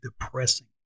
depressing